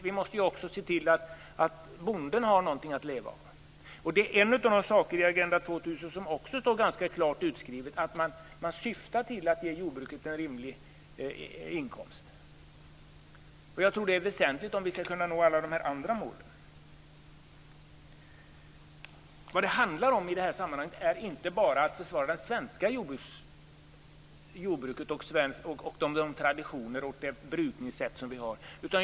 Vi måste också se till att bonden har något att leva av. Det är en sak som står ganska klart utskriven i Agenda 2000; att man syftar till att ge jordbruket en rimlig inkomst. Jag tror att det är väsentligt om vi skall kunna nå alla de här andra målen. Vad det handlar om i det här sammanhanget är inte bara att försvara det svenska jordbruket med de traditioner och det brukningssätt som vi har.